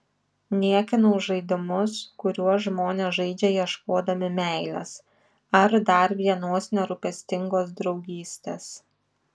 niekinau žaidimus kuriuos žmonės žaidžia ieškodami meilės ar dar vienos nerūpestingos draugystės